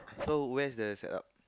so where's the setup